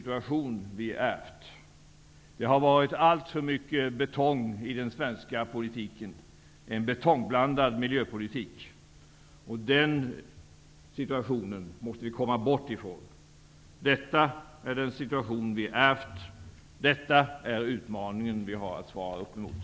Det har funnits alltför mycket betong i den svenska politiken, en betongblandad miljöpolitik. Den situationen måste vi komma bort från. Detta är en situation som vi har ärvt. Detta är utmaningen som vi har att svara upp mot.